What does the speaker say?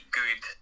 good